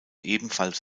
ebenfalls